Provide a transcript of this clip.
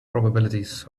probabilities